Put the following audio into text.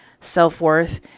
self-worth